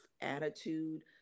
attitude